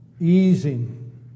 easing